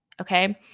Okay